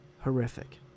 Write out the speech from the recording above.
horrific